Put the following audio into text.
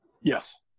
Yes